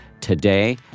today